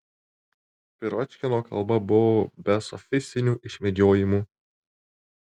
piročkino kalba buvo be sofistinių išvedžiojimų